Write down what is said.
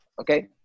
okay